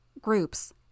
groups